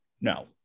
no